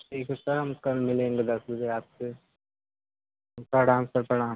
ठीक है सर हम कल मिलेंगे दस बजे आपसे प्रणाम सर प्रणाम